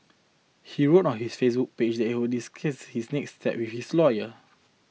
he wrote on his page that he will discuss his next steps with his lawyer